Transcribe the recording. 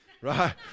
right